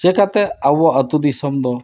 ᱪᱮᱠᱟᱛᱮ ᱟᱵᱚ ᱟᱛᱳ ᱫᱤᱥᱚᱢ ᱫᱚ